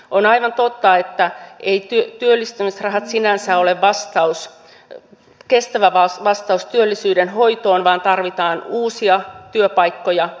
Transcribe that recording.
on aivan totta että eivät työllistämisrahat sinänsä ole kestävä vastaus työllisyyden hoitoon vaan tarvitaan uusia työpaikkoja